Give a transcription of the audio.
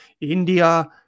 India